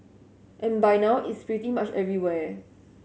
and by now it's pretty much everywhere